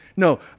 No